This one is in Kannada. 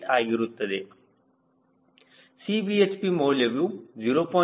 8 ಆಗುತ್ತದೆ Cbhp ಮೌಲ್ಯವು 0